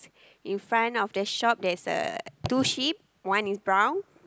in front of the shop there is a two sheep one is brown